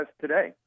today